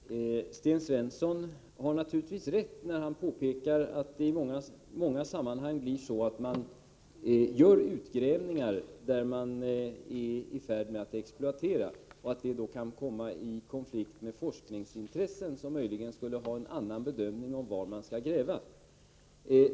Herr talman! Sten Svensson har naturligtvis rätt när han påpekar att det i många sammanhang blir så att man gör utgrävningar där man är i färd med att exploatera och att detta kan komma i konflikt med forskningsintressena, som kan göra en annan bedömning av var man skall gräva.